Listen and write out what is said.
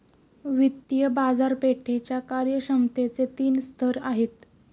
वित्तीय बाजारपेठेच्या कार्यक्षमतेचे तीन स्तर आहेत